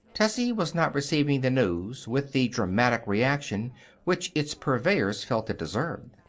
tessie was not receiving the news with the dramatic reaction which its purveyors felt it deserved.